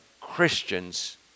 Christians